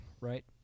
right